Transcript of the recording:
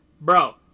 Bro